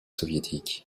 soviétique